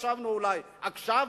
חשבנו שאולי עכשיו,